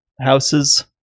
houses